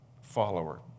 follower